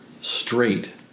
straight